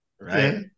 right